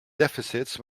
deficits